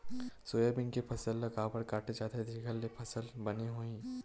Soybean के फसल ल काबर काटे जाथे जेखर ले फसल बने होही?